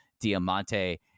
Diamante